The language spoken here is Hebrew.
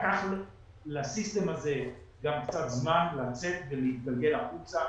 לסיסטם הזה לקח גם קצת זמן לצאת החוצה.